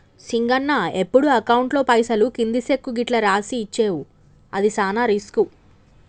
సింగన్న ఎప్పుడు అకౌంట్లో పైసలు కింది సెక్కు గిట్లు రాసి ఇచ్చేవు అది సాన రిస్కు